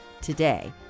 Today